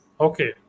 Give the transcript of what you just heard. Okay